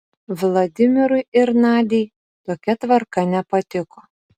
vladimirui ir nadiai tokia tvarka nepatiko